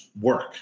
work